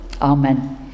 Amen